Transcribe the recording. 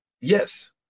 Yes